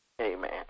Amen